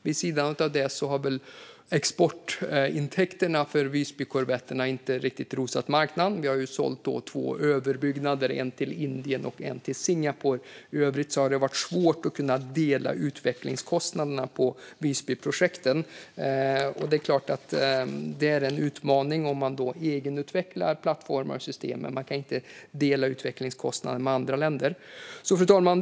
Vid sidan av detta har väl exportintäkterna för Visbykorvetterna inte riktigt rosat marknaden; vi har sålt två överbyggnader, en till Indien och en till Singapore. I övrigt har det varit svårt att kunna dela utvecklingskostnaderna på Visbyprojekten. Det är en utmaning när man egenutvecklar plattformar och system att man inte kan dela utvecklingskostnader med andra länder. Fru talman!